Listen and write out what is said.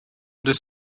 this